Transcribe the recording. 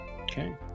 Okay